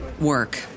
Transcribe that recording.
work